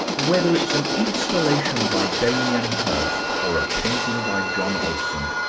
whether it's an installation by damien hirst or a painting by john olsen,